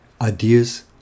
Ideas